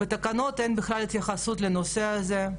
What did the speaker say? בתקנות אין התייחסות לנושא הזה.